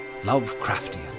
Lovecraftian